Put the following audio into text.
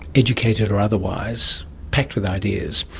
educated or otherwise, packed with ideas.